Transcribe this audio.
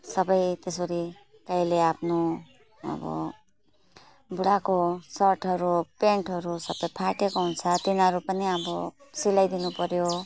सबै त्यसरी कहिले आफ्नो अब बुढाको सर्टहरू प्यान्टहरू सबै फाटेको हुन्छ तिनीहरू पनि अब सिलाइदिनु पर्यो